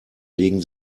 legen